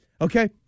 okay